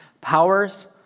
Powers